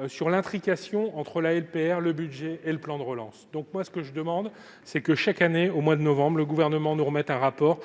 à savoir l'imbrication entre la LPR, le budget et le plan de relance. Je demande donc que, chaque année, au mois de novembre, le Gouvernement nous remette un rapport